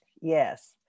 Yes